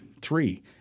three